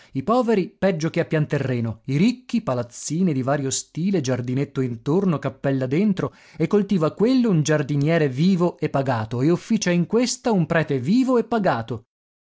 i poveri peggio che a pianterreno i ricchi palazzine di vario stile giardinetto intorno cappella dentro e coltiva quello un giardiniere vivo e pagato e officia in questa un prete vivo e pagato